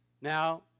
Now